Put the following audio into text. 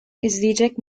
izleyecek